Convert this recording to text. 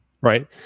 right